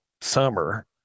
summer